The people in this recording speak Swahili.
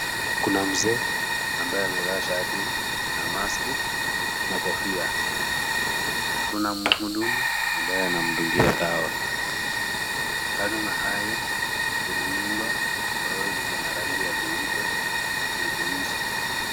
Kuna mzee ambaye amevaa shati na maski, na kofia. Kuna mhudumu ambaye anamdungia dawa. Kando na hayo, kuna nyumba ambalo lina rangi ya jeupe, na jeusi.